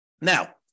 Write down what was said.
Now